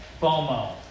FOMO